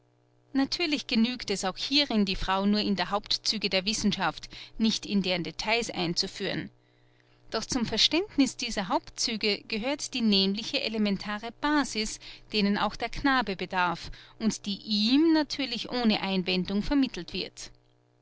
natürlich genügt es auch hierin die frau nur in die hauptzüge der wissenschaft nicht in deren details einzuführen doch zum verständniß dieser hauptzüge gehört die nämliche elementare basis deren auch der knabe bedarf und die ihm natürlich ohne einwendung vermittelt wird